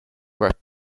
grip